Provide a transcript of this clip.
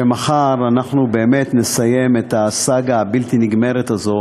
שמחר אנחנו באמת נסיים את הסאגה הבלתי-נגמרת הזאת